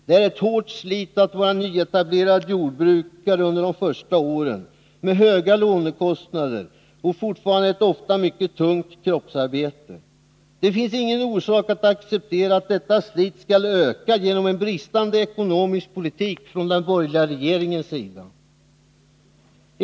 Det är ett hårt slit att vara nyetablerad jordbrukare under de första åren med höga lånekostnader och fortfarande ett ofta mycket tungt kroppsarbete. Det finns ingen orsak att acceptera att detta slit skall öka genom en bristande ekonomisk politik från den borgerliga regeringens sida.